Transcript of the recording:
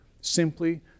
simply